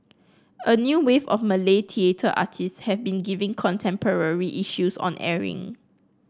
a new wave of Malay theatre artist have been giving contemporary issues on airing